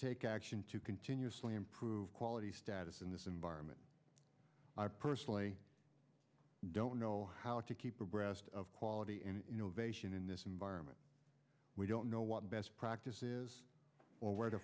take action to continuously improve quality status in this environment i personally don't know how to keep abreast of quality and in this environment we don't know what best practices or where to